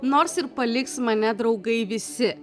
nors ir paliks mane draugai visi